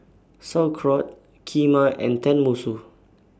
Sauerkraut Kheema and Tenmusu